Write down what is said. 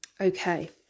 Okay